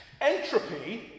Entropy